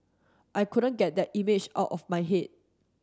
I couldn't get that image out of my head